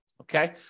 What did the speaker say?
Okay